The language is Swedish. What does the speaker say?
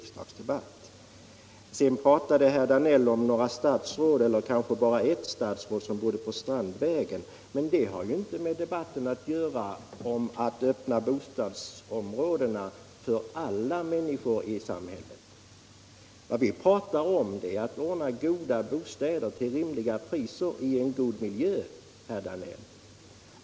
Sedan pratade herr Danell om statsråd som bor på Strandvägen. Men det har ju ingenting att göra med frågan om att öppna bostadsområdena för alla människor i samhället. Vad vi pratar om är att ordna goda bostäder till rimliga priser i en god miljö, herr Danell.